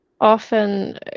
often